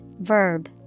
verb